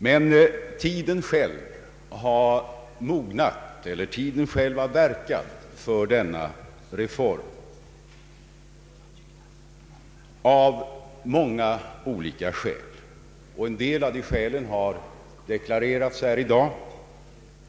Men tiden själv har ver kat för denna reform av många olika skäl. En del av dessa skäl har framförts här i dag.